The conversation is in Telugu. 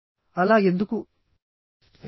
అలా ఎందుకు చేయరు